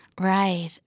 Right